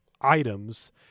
items